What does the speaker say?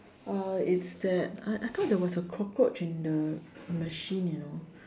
uh it's that I I thought that there was a cockroach in the machine you know